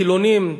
חילונים,